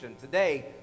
today